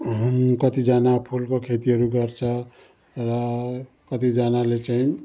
कतिजना फुलको खेतीहरू गर्छ र कतिजनाले चाहिँ